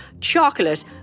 chocolate